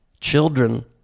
children